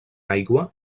aigua